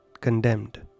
condemned